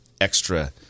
extra